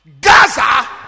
Gaza